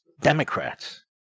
Democrats